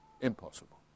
Impossible